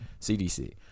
CDC